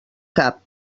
cap